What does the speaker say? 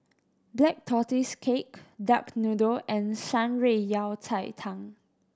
Black Tortoise Cake duck noodle and Shan Rui Yao Cai Tang